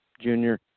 junior